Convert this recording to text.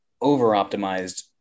over-optimized